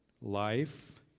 life